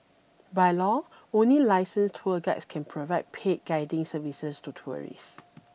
by law only licensed tourist guides can provide paid guiding services to tourists